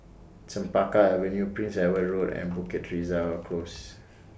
Chempaka Avenue Prince Edward Road and Bukit Teresa Close